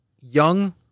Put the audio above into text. young